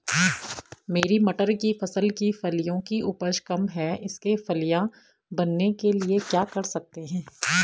मेरी मटर की फसल की फलियों की उपज कम है इसके फलियां बनने के लिए क्या कर सकते हैं?